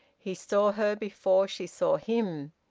he saw her before she saw him.